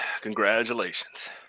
Congratulations